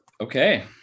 Okay